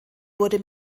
wurde